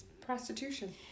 Prostitution